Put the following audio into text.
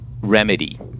remedy